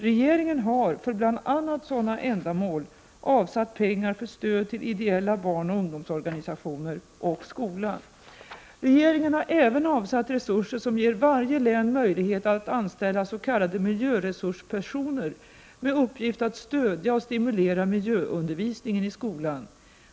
Regeringen har, för bl.a. sådana ändamål, avsatt pengar för stöd till ideella barnoch ungdomsorganisationer och skolan. Regeringen har även avsatt resurser som ger varje län möjlighet att anställa s.k. miljöresurspersoner med uppgift att stödja och stimulera miljöundervisningen i skolan.